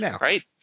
Right